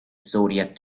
zodiac